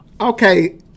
Okay